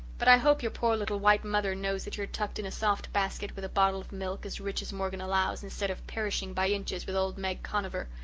but i hope your poor little white mother knows that you're tucked in a soft basket with a bottle of milk as rich as morgan allows instead of perishing by inches with old meg conover.